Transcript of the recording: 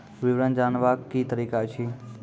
विवरण जानवाक की तरीका अछि?